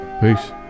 Peace